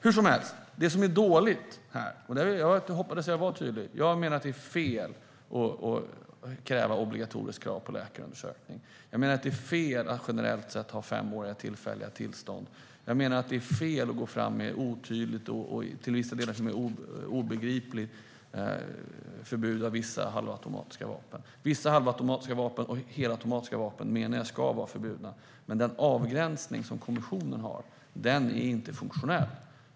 Jag hoppades att jag var tydlig med att jag menar att det är fel med obligatoriskt krav på läkarundersökning. Jag menar att det är fel att generellt sett ha femåriga tillfälliga tillstånd. Jag menar att det är fel att gå fram med ett otydligt och till vissa delar obegripligt förbud för vissa halvautomatiska vapen. Vissa halvautomatiska och helautomatiska vapen ska vara förbjudna, menar jag. Men den avgränsning som kommissionen föreslår är inte funktionell.